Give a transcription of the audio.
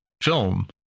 film